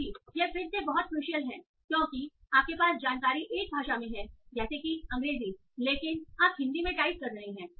अभी यह फिर से बहुत क्रूरशियल है क्योंकि आपके पास जानकारी एक भाषा में हैं जैसे कि अंग्रेजी लेकिन आप हिंदी में टाइप कर रहे हैं